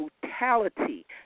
brutality